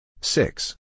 Six